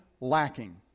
Lacking